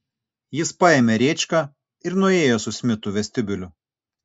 jis paėmė rėčką ir nuėjo su smitu vestibiuliu